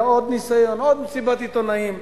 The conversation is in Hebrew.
היה עוד ניסיון, עוד מסיבת עיתונאים,